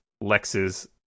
Lex's